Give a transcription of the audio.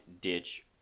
ditch